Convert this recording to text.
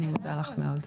אני מודה לך מאוד.